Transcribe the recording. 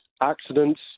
accidents